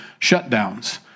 shutdowns